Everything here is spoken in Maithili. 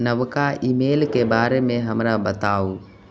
नवका ईमेलके बारेमे हमरा बताउ